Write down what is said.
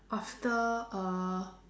after uh